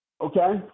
Okay